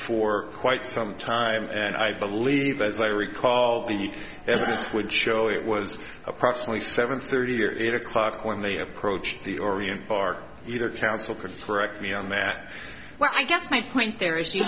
for quite some time and i believe as i recall the evidence would show it was approximately seven thirty or it o'clock when they approached the orient bar either counsel could throw me on that well i guess my point there is you